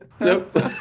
Nope